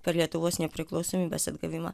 per lietuvos nepriklausomybės atgavimą